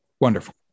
wonderful